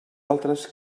altres